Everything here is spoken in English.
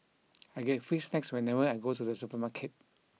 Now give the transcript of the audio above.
I get free snacks whenever I go to the supermarket